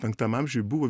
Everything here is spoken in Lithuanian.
penktam amžiuj buvo